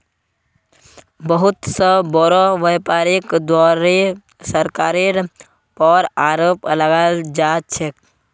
बहुत स बोरो व्यापीरीर द्वारे सरकारेर पर आरोप लगाल जा छेक